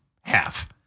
half